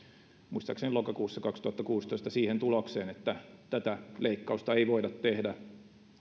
muistaakseni lokakuussa kaksituhattakuusitoista siihen tulokseen että tätä leikkausta ei voida tehdä